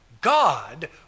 God